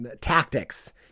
tactics